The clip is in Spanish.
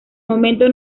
momento